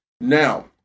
Now